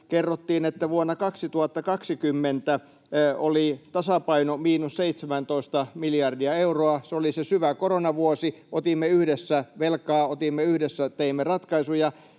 kerrottiin, että vuonna 2020 oli tasapaino miinus 17 miljardia euroa. Se oli se syvä koronavuosi, otimme yhdessä velkaa, teimme yhdessä ratkaisuja.